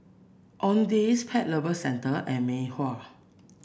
Owndays Pet Lovers Centre and Mei Hua